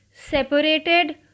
separated